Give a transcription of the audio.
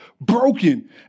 broken